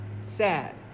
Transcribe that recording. sad